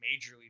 majorly